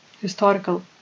historical